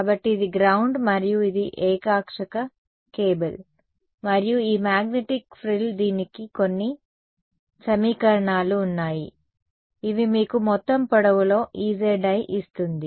కాబట్టి ఇది గ్రౌండ్ మరియు ఇది ఏకాక్షక కేబుల్ మరియు ఈ మాగ్నెటిక్ ఫ్రిల్ దీనికి కొన్ని సమీకరణాలు ఉన్నాయి ఇవి మీకు మొత్తం పొడవులో Ezi ఇస్తుంది